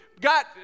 got